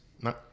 No